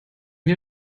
wir